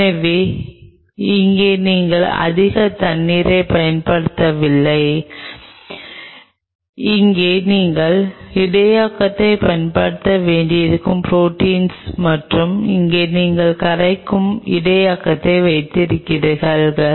எனவே இங்கே நீங்கள் அதிக தண்ணீரைப் பயன்படுத்தவில்லை இங்கே நீங்கள் இடையகத்தைப் பயன்படுத்த வேண்டியிருக்கும் ப்ரோடீன்ஸ் மற்றும் இங்கே நீங்கள் கரைக்கும் இடையகத்தை வைத்திருக்கிறீர்கள்